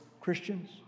Christians